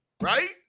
Right